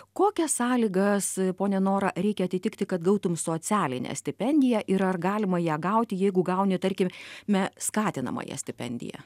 kokias sąlygas ponia nora reikia atitikti kad gautum socialinę stipendiją ir ar galima ją gauti jeigu gauni tarkim me skatinamąją stipendiją